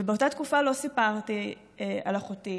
ובאותה תקופה לא סיפרתי על אחותי